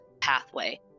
pathway